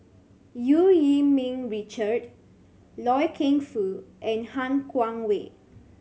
Eu Yee Ming Richard Loy Keng Foo and Han Guangwei